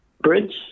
bridge